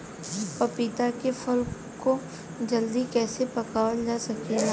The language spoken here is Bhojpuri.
पपिता के फल को जल्दी कइसे पकावल जा सकेला?